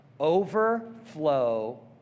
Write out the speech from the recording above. overflow